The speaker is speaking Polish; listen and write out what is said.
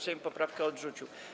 Sejm poprawkę odrzucił.